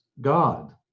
God